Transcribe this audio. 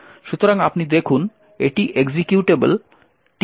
সুতরাং আপনি দেখুন এটি এক্সিকিউটেবল tut2